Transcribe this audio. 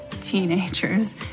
teenagers